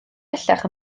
bellach